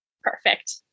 Perfect